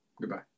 Goodbye